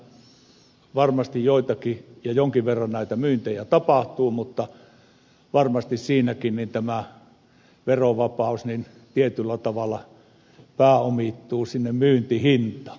nimittäin varmasti joitakin ja jonkin verran näitä myyntejä tapahtuu mutta varmasti siinäkin tämä verovapaus tietyllä tavalla pääomittuu sinne myyntihintaan